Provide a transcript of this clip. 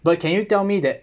but can you tell me that